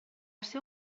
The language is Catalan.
ser